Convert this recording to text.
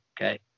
Okay